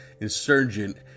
insurgent